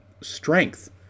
strength